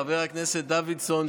חבר הכנסת דוידסון,